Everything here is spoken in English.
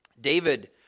David